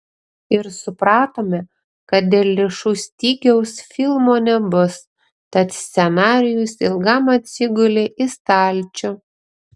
ir supratome kad dėl lėšų stygiaus filmo nebus tad scenarijus ilgam atsigulė į stalčių